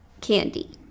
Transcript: candy